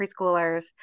preschoolers